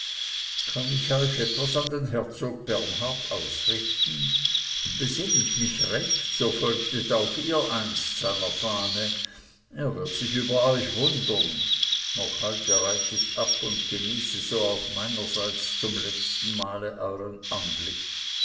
kann ich euch etwas an den herzog bernhard ausrichten besinn ich mich recht so folgtet auch ihr einst seiner fahne er wird sich über euch wundern noch heute reit ich ab und genieße so auch meinerseits zum letzten male euern anblick